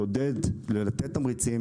לעודד ולתת תמריצים,